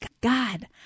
God